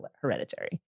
Hereditary